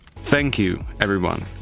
thank you, everyone,